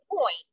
point